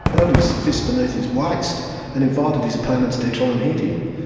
held his fists beneath his waist and invited his opponents to try and hit him.